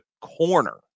corner